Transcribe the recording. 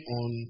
on